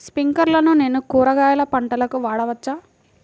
స్ప్రింక్లర్లను నేను కూరగాయల పంటలకు వాడవచ్చా?